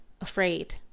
afraid